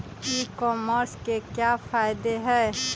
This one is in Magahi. ई कॉमर्स के क्या फायदे हैं?